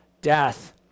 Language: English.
death